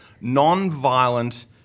non-violent